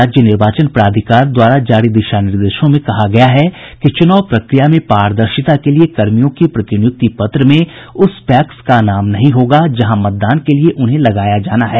राज्य निर्वाचन प्राधिकार द्वारा जारी दिशा निर्देशों में कहा गया है कि चुनाव प्रक्रिया में पारदर्शिता के लिए कर्मियों की प्रतिनियुक्ति पत्र में उस पैक्स का नाम नहीं होगा जहां मतदान के लिए उन्हें लगाया जाना है